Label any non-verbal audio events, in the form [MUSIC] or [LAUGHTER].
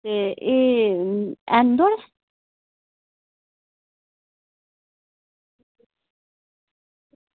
ते एह् [UNINTELLIGIBLE]